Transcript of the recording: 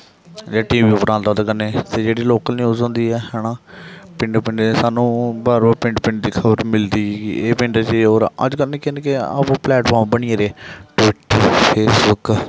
जेह्ड़ा TV उप्पर आंदा ओह्दी कन्नै ते जेह्ड़े लोकल न्यूज होंदी ऐ है ना पिंडें पिंडें च सानूं बार बार पिंड पिंड दी खबर मिलदी ही कि एह् पिंड च एह् होवा दा अज्जकल निक्के निक्के प्लेटफार्म बनी गेदे ट्बीटर फेसबुक